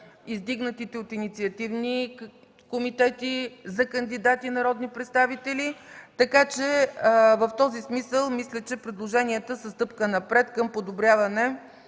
издигнатите от инициативни комитети кандидати народни представители, така че в този смисъл мисля, че предложенията са стъпка напред към подобряване